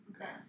Okay